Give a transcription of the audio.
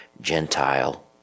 Gentile